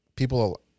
People